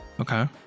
Okay